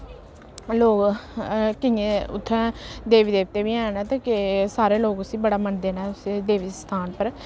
लोक केइयें उत्थै देवी देवते बी हैन ते सारे लोक उस्सी बड़ा मनदे न उस्सै देव स्थान उप्पर